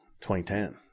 2010